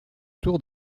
tour